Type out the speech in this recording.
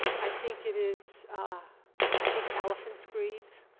i think it is i think elephants grieve